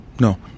no